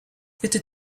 bitte